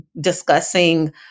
discussing